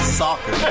soccer